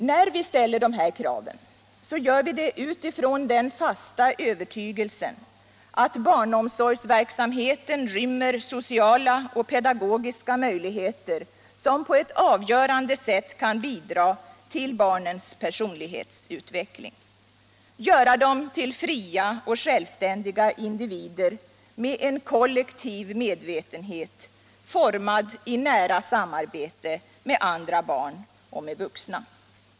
När vi ställer dessa krav gör vi det utifrån den fasta övertygelsen att barnomsorgsverksamheten rymmer sociala och pedagogiska möjligheter som på ett avgörande sätt kan bidra till barnens personlighetsutveckling; göra dem till fria och självständiga individer med en kollektiv medvetenhet, formad i nära samarbete med andra barn och med vuxna.